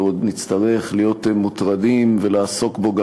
ועוד נצטרך להיות מוטרדים ולעסוק בו גם